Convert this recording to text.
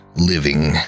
living